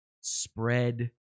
spread